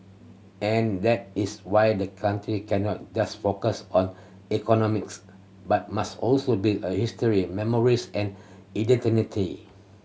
and that is why the country cannot just focus on economics but must also build a history memories and